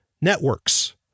networks